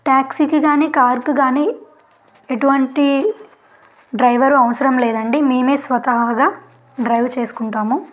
ట్యాక్సీకి కానీ కార్కు కానీ ఎటువంటి డ్రైవరు అవసరం లేదండి మేమే స్వతహాగా డ్రైవ్ చేసుకుంటాము